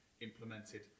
implemented